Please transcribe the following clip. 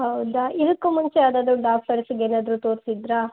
ಹೌದಾ ಇದಕ್ಕೂ ಮುಂಚೆ ಯಾವ್ದಾದ್ರೂ ಡಾಕ್ಟರ್ಸ್ಗೆ ಏನಾದ್ರೂ ತೋರಿಸಿದ್ರಾ